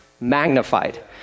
magnified